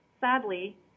sadly